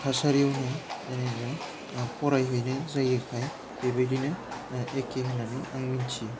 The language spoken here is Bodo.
थासारियावनो जेनेबा फरायहैनाय जायोखाय बेबायदिनो ओह एखे होन्नानै आं मिथियो